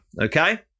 okay